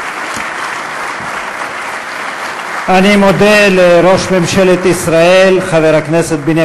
שכמעט אין ישראלי שאין לו, בוא